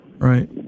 Right